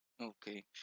Okay